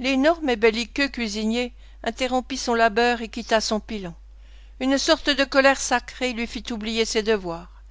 et belliqueux cuisinier interrompit son labeur et quitta son pilon une sorte de colère sacrée lui fit oublier ses devoirs